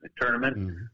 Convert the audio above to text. tournament